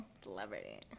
celebrity